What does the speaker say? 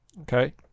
okay